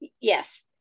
Yes